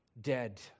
dead